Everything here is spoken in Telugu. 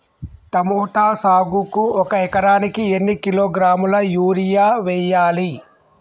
టమోటా సాగుకు ఒక ఎకరానికి ఎన్ని కిలోగ్రాముల యూరియా వెయ్యాలి?